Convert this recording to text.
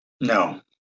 No